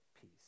peace